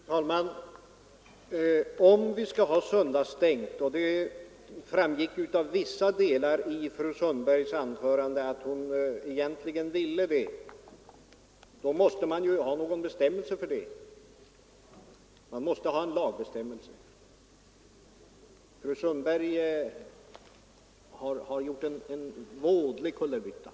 Fru talman! Om vi skall ha förbud för söndagsöppet — och det framgick av vissa delar av fru Sundbergs anförande att hon egentligen ville det — måste man ju ha någon lagbestämmelse för detta. Fru Sundberg har gjort en vådlig kullerbytta.